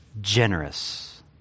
generous